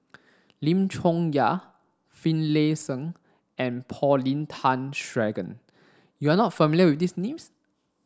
Lim Chong Yah Finlayson and Paulin Tay Straughan you are not familiar with these names